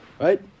right